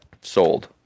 Sold